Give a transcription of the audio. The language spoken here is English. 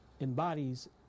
embodies